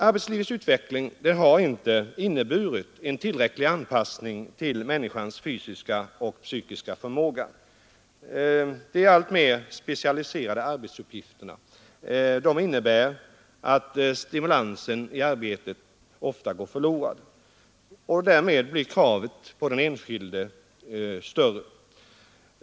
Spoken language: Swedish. Arbetslivets utveckling har inte inneburit en tillräcklig anpassning till människans fysiska och psykiska förmåga. De alltmer specialiserade arbetsuppgifterna innebär att stimulansen i arbetet ofta går förlorad, och därmed blir kraven på den enskilde större.